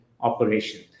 operation